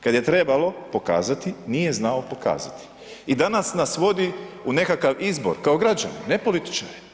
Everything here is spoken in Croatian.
Kada je trebalo pokazati nije znao pokazati i danas nas vodi u nekakav izbor kao građane, ne političare.